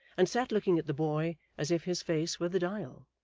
and sat looking at the boy as if his face were the dial.